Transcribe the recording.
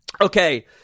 okay